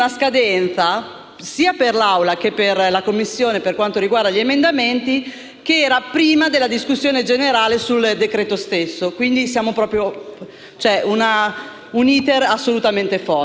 La seconda storia di ordinaria follia che voglio raccontare in quest'Aula è la politica economica che sta portando avanti il Governo e la modalità con cui la sta portando avanti.